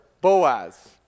Boaz